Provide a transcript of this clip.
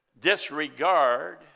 disregard